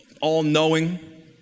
all-knowing